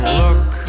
look